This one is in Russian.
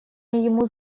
ему